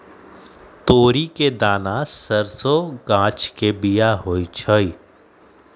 तोरी के दना सरसों गाछ के बिया होइ छइ